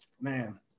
Man